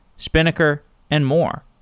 spinnaker and more.